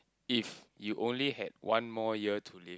if you only had one more year to live